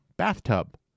bathtub